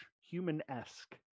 human-esque